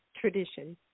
tradition